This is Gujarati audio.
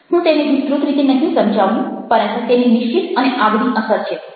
હું તેને વિસ્તૃત રીતે નહિ સમજાવું પરંતુ તેની નિશ્ચિત અને આગવી અસર છે